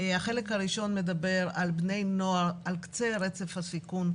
החלק הראשון מדבר על בני נוער על קצה רצף הסיכון,